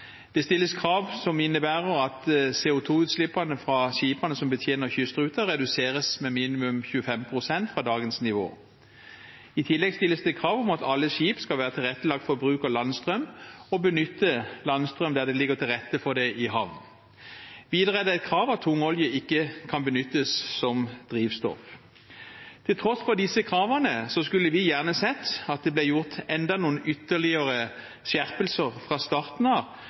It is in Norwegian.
Det stilles krav som innebærer at CO 2 -utslippene fra skipene som betjener kystruten, reduseres med minimum 25 pst. fra dagens nivå. I tillegg stilles det krav om at alle skip skal være tilrettelagt for bruk av landstrøm og benytte landstrøm der det ligger til rette for det i havn. Videre er det et krav at tungolje ikke kan benyttes som drivstoff. Til tross for disse kravene skulle vi gjerne sett at det ble gjort enda noen skjerpelser fra starten av,